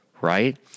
Right